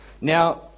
Now